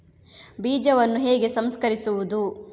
ಬೀಜವನ್ನು ಹೇಗೆ ಸಂಸ್ಕರಿಸುವುದು?